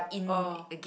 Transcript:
oh